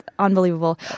unbelievable